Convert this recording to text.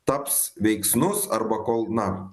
taps veiksnus arba kol na